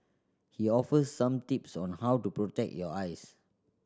he offers some tips on how to protect your eyes